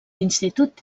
institut